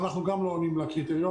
אנחנו גם לא עונים על הקריטריונים,